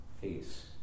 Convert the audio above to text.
face